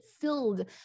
filled